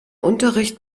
unterricht